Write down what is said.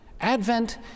Advent